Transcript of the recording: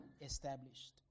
established